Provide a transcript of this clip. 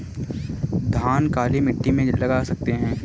धान काली मिट्टी में लगा सकते हैं?